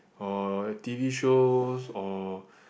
or T_V shows or